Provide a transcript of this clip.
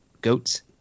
goats